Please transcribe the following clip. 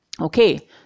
Okay